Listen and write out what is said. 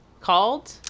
called